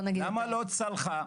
למה לא צלחה?